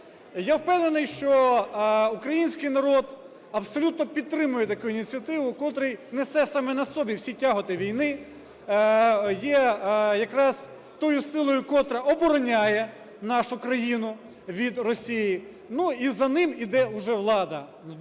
Я впевнений, що український народ абсолютно підтримує таку ініціативу, котрий несе саме на собі всі тяготи війни, є якраз тою силою, котра обороняє нашу країну від Росії, ну і за ним іде уже влада.